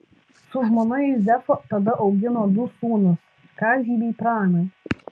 su žmona juzefa tada augino du sūnus kazį bei praną